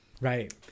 Right